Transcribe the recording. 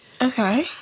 Okay